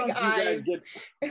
eyes